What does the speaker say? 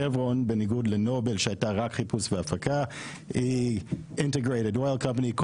שברון בניגוד לנובל שהייתה רק חיפוש והפקה, היא כל